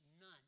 None